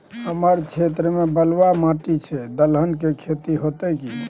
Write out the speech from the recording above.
हमर क्षेत्र में बलुआ माटी छै, दलहन के खेती होतै कि?